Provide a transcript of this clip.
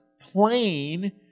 plain